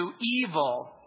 evil